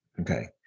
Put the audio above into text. Okay